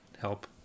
help